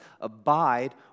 abide